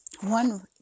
One